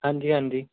ਹਾਂਜੀ ਹਾਂਜੀ